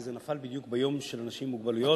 כי זה נפל בדיוק ביום של אנשים עם מוגבלויות.